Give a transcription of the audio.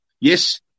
Yes